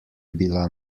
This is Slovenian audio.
bila